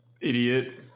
idiot